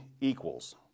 equals